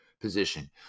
position